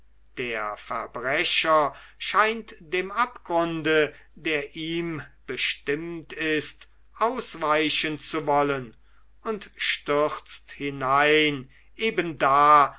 der verbrecher scheint dem abgrunde der ihm bestimmt ist ausweichen zu wollen und stürzt hinein eben da